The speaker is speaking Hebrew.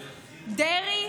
דרעי,